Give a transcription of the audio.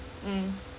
mm